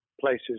places